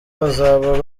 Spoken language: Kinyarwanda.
bazaba